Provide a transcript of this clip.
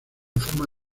forma